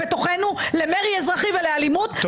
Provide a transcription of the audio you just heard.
שר המשפטים אומר לך כגורם מדיני: תגיש תביעות נגד הרשות הפלסטינית.